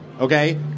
okay